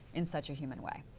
in such a human way.